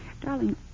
Darling